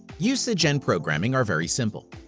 usage and programming are very simple.